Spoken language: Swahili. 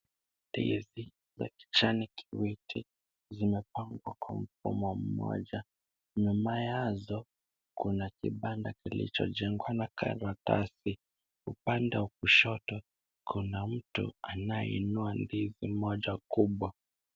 Ndizi za kijani kibichi zimepangwa kwa mfumo mmoja, nyuma yazo kuna kibanda kilichojengwa na karatasi, upande wa kushoto kuna mtu anayeinua ndizi moja kubwa.